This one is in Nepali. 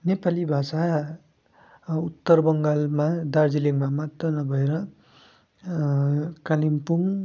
नेपाली भाषा उत्तर बङ्गालमा दार्जिलिङमा मात्र नभएर कालिम्पोङ